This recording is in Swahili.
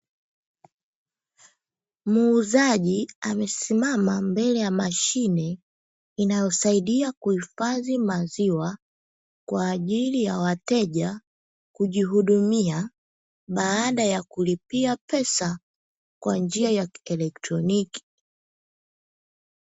Muuzaji amesimama mbele ya mashine, inayosaidia kuhifadhi maziwa, kwa ajili ya wateja, kujihudumia baada ya kulipia pesa kwa njia ya kielektroniki.